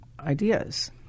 ideas